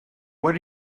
what